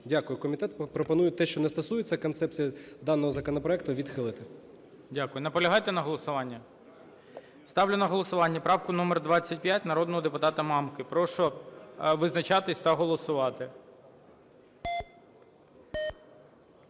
Дякую. Комітет пропонує те, що не стосується концепції даного законопроекту, відхилити. ГОЛОВУЮЧИЙ. Дякую. Наполягаєте на голосуванні? Ставлю на голосування правку номер 25 народного депутата Мамки. Прошу визначатись та голосувати.